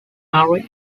ari